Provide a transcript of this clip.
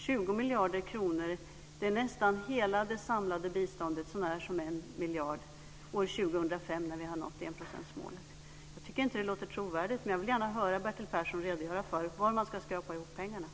20 miljarder kronor är så när som på 1 miljard lika mycket som det samlade svenska biståndet år 2005 när vi har nått enprocentsmålet. Jag tycker inte att det låter trovärdigt, men jag vill gärna höra Bertil Persson redogöra för var man ska skrapa ihop dessa pengar.